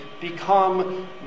become